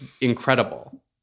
incredible